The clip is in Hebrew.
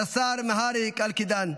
רס"ר מהרי קלקידן,